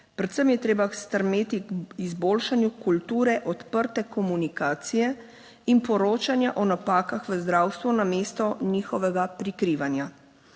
Predvsem je treba stremeti k izboljšanju kulture odprte komunikacije in poročanja o napakah v zdravstvu namesto njihovega prikrivanja.